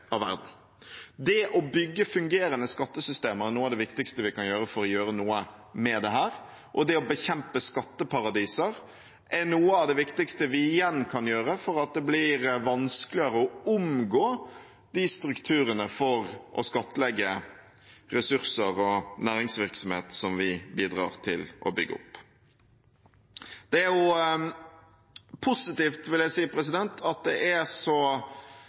av verden. Det å bygge fungerende skattesystemer er noe av de viktigste vi kan gjøre for å gjøre noe med dette, og det å bekjempe skatteparadiser er igjen noe av det viktigste vi kan gjøre for at det skal bli vanskeligere å omgå de strukturene for å skattlegge ressurser og næringsvirksomhet som vi bidrar til å bygge opp. Det er positivt, vil jeg si, at det er en så